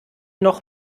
noch